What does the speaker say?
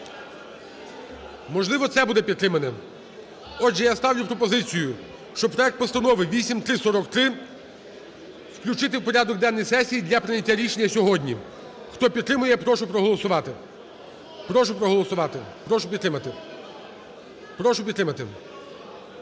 Можливо, це буде підтримане. Отже, я ставлю пропозицію, що проект Постанови 8343 включити в порядок денний сесії для прийняття рішення сьогодні. Хто підтримує, прошу проголосувати. Прошу проголосувати, прошу підтримати. Прошу підтримати.